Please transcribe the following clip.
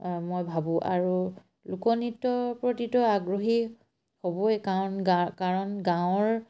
মই ভাবোঁ আৰু লোকনৃত্য প্ৰতিটো আগ্ৰহী হ'বই কাৰণ কাৰণ গাঁৱৰ